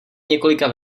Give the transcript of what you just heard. několika